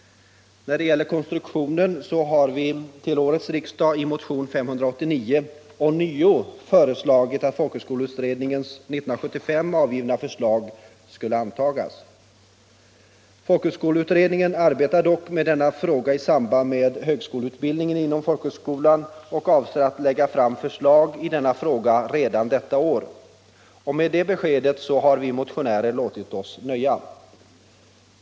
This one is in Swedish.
När det gäller konstruktionen har vi i motionen 589 till årets riksdag ånyo föreslagit att folkhögskoleutredningens år 1975 avgivna delförslag skulle antagas. Folkhögskoleutredningen arbetar dock med denna fråga i samband med högskoleutbildningen inom folkhögskolan och avser att lägga fram förslag i denna fråga redan i år. Med det beskedet har vi motionärer låtit oss nöja.